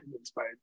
inspired